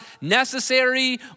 necessary